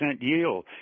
yield